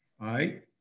right